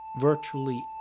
virtually